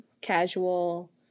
casual